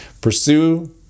Pursue